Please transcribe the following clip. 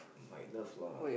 my love lah